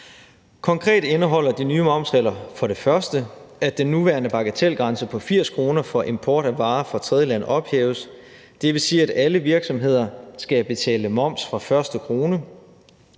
Konkret indeholder de nye momsregler for det første, at den nuværende bagatelgrænse på 80 kr. for import af varer fra tredjelande ophæves. Det vil sige, at alle virksomheder skal betale moms fra første